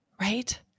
right